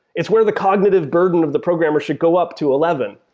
it's where the cognitive burden of the programmer should go up to eleven.